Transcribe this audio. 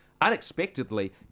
unexpectedly